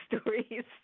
stories